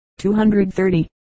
230